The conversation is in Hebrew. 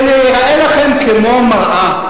וזה ייראה לכם כמו מראה,